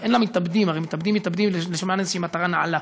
אין למתאבדים, הם מתאבדים למען איזושהי מטרה נעלה.